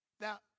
Now